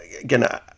again